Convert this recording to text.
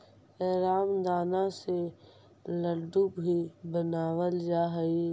रामदाना से लड्डू भी बनावल जा हइ